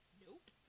nope